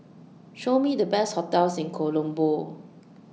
Show Me The Best hotels in Colombo